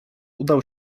udał